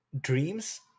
dreams